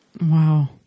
Wow